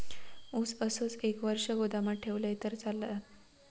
ऊस असोच एक वर्ष गोदामात ठेवलंय तर चालात?